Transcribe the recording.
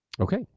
Okay